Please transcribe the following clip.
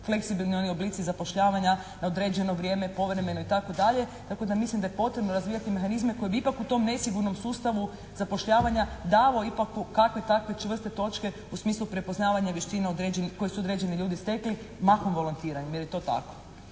fleksibilni oni oblici zapošljavanja na određeno vrijeme, povremeno itd. Tako da mislim da je potrebno razvijati mehanizme koji bi ipak u tom nesigurnom sustavu zapošljavanja davao ipak kakve takve čvrste točke u smislu prepoznavanja vještina koje su određeni ljudi stekli mahom volontiranjem, jer je to tako.